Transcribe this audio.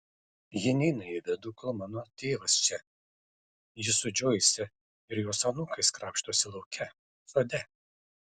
ji neina į vidų kol mano tėvas čia ji su džoise ir jos anūkais krapštosi lauke sode